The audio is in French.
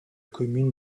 commune